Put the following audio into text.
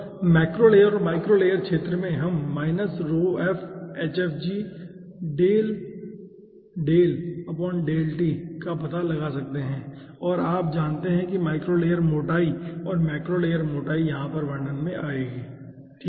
और macro layer और micro layer क्षेत्र में हम का पता लगा सकते हैं और आप जानते हैं कि माइक्रो लेयर मोटाई और मैक्रो लेयर मोटाई वहां पर वर्णन में आएगी ठीक है